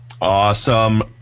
Awesome